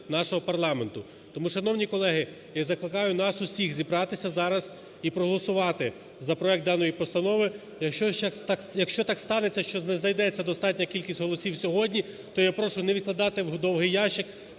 нашого парламенту. Тому, шановні колеги, я закликаю нас усіх зібратися зараз і проголосувати за проект даної постанови. Якщо так станеться, що не знайдеться достатня кількість голосів сьогодні, то я прошу не відкладати в довгий ящик,